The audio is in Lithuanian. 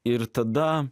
ir tada